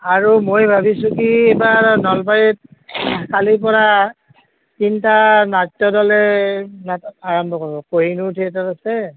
আৰু মই ভাবিছোঁ কি এইবাৰ নলবাৰীত কালিৰ পৰা তিনিটা নাট্য দলে নাট আৰম্ভ কৰিব কহিনুৰ থিয়েটাৰ আছে